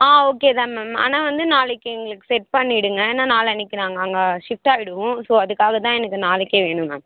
ஆ okay தான் ma'am ஆனால் வந்து நாளைக்கு எங்களுக்கு செட் பண்ணிவிடுங்க ஏன்னா நாளான்னைக்கு நாங்கள் அங்கே ஷிஃப்ட் ஆகிடுவோம் ஸோ அதுக்காக தான் எனக்கு நாளைக்கே வேணும் மேம்